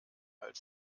alt